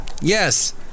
Yes